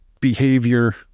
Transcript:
behavior